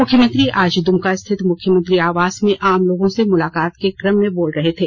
मुख्यमंत्री आज दुमका स्थित मुख्यमंत्री आवास में आम लोगों से मुलाकात के क्रम बोल रहे थे